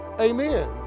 Amen